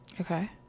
Okay